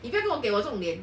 你不要给我给我这种脸